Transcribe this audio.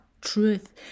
truth